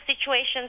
situations